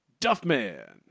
Duffman